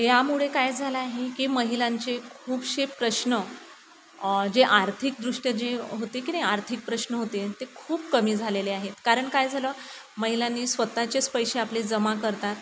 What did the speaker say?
यामुळे काय झालं आहे की महिलांचे खूपसे प्रश्न जे आर्थिकदृष्ट्या जे होते की नाही आर्थिक प्रश्न होते ते खूप कमी झालेले आहेत कारण काय झालं महिलांनी स्वत चेच पैसे आपले जमा करतात